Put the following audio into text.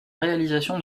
réalisation